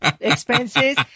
expenses